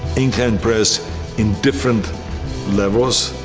incline press in different levels,